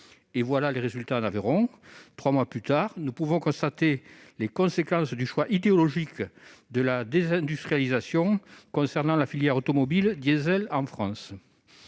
neuves. Résultat, en Aveyron, trois mois plus tard, nous pouvons constater les conséquences du choix idéologique de la désindustrialisation concernant la filière automobile diesel en France.